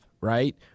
right